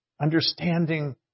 understanding